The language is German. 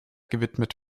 gewidmet